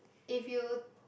if you